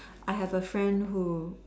I have a friend who